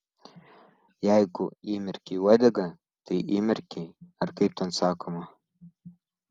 jeigu įmerkei uodegą tai įmerkei ar kaip ten sakoma